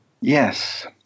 Yes